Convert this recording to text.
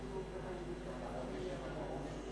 י"א בסיוון התש"ע, 24 במאי 2010 למניינם.